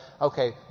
okay